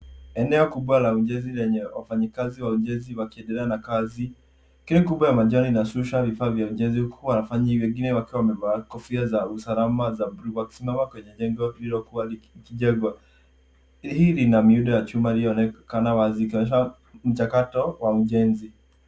Eneo kubwa la ujenzi lenye wafanyakazi wa ujenzi wakiendelea na kazi. Kreni kubwa ya majani inashusha vifaa vya ujenzi huku wafanyi wengine wakiwa wamevaa kofia za usalama na wakisimama kwenye jengo hilo kuwa likijengwa. Hili lina miundo ya chuma inaonekana wazi ikionyesha mchakato wa ujenzi.